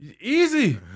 Easy